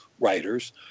writers